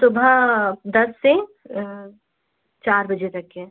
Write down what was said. सुभा दस से चार बजे तक के